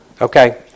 Okay